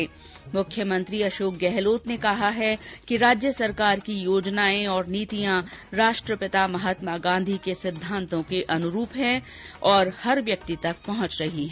्म मृख्यमंत्री अशोक गहलोत ने कहा है कि राज्य सरकार की योजनाएं और नीतियां राष्ट्रपिता महात्मा गांधी के सिद्वांतों के अनुरूप हैं जो हर व्यक्ति तक पहुंच रही है